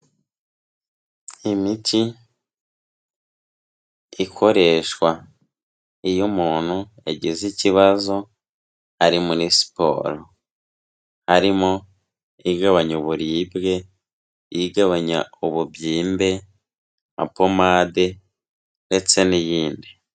Imiti ikoreshwa iyo umuntu yagize ikibazo ari muri siporo, harimo: igabanya uburiribwe, igabanya ububyimbe, nka pomade ndetse n'iyindi.